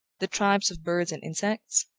the tribes of birds and insects,